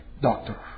doctor